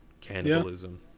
cannibalism